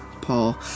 Paul